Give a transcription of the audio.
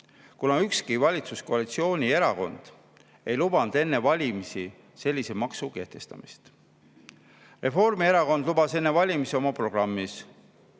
kuna ükski valitsuskoalitsiooni erakond ei lubanud enne valimisi sellise maksu kehtestamist. Reformierakond lubas enne valimisi oma programmis: